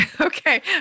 Okay